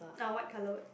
ah white colour word